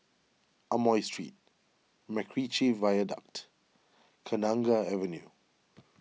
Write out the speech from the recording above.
Amoy Street MacRitchie Viaduct Kenanga Avenue